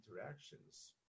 interactions